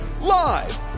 live